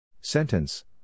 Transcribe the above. Sentence